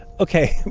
okay.